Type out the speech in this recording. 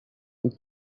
and